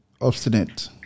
Obstinate